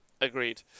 agreed